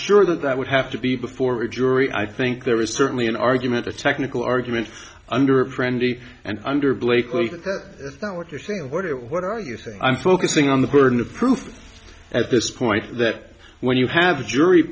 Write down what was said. sure that would have to be before a jury i think there is certainly an argument a technical argument under a frenzy and under blakely the fact is that what you're saying and what it what are you saying i'm focusing on the burden of proof at this point that when you have a jury